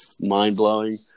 mind-blowing